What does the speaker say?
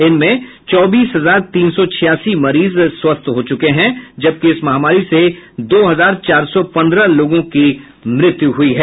इनमें चौबीस हजार तीन सौ छियासी मरीज स्वस्थ हो चुके हैं जबकि इस महामारी से दो हजार चार सौ पन्द्रह लोगों की मृत्यु हुई है